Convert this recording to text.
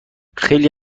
خیلی